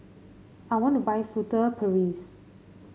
I want to buy Furtere Paris